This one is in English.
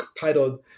titled